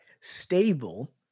stable